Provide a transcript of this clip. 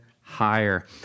higher